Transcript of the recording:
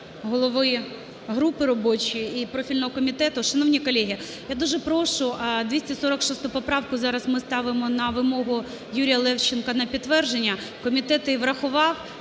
голови групи робочої і профільного комітету. Шановні колеги, я дуже прошу, 246 поправку зараз ми ставимо на вимогу Юрія Левченка на підтвердження. Комітет її врахував